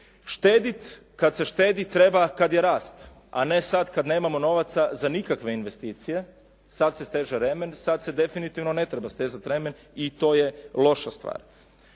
Štediti, kad se štedi treba kad je rast, a ne sad kad nemamo novaca za nikakve investicije. Sad se steže remen, sad se definitivno ne treba stezati remen i to je loša stvar.